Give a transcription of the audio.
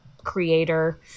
creator